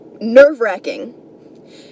nerve-wracking